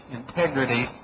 integrity